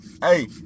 Hey